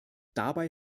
dabei